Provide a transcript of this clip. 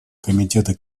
комитета